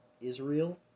Israel